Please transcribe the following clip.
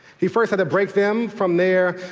he first had to break them from their